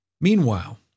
Meanwhile